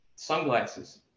sunglasses